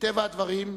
מטבע הדברים,